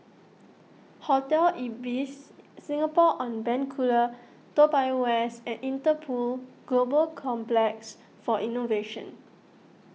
Hotel Ibis Singapore on Bencoolen Toa Payoh West and Interpol Global Complex for Innovation